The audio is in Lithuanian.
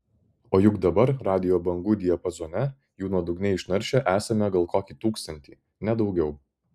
o juk dabar radijo bangų diapazone jų nuodugniai išnaršę esame gal kokį tūkstantį ne daugiau